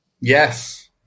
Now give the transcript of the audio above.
Yes